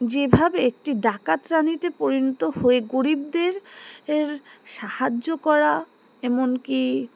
যেভাবে একটি ডাকাত রানিতে পরিণত হয়ে গরিবদের এর সাহায্য করা এমনকি